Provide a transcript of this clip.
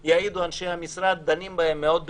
יעידו אנשי המשרד שאנחנו דנים בהצעות חברי הכנסת מאוד ברצינות.